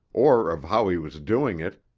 or of how he was doing it,